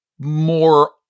more